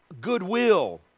goodwill